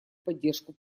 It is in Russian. поддержку